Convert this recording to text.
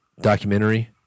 documentary